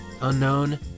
unknown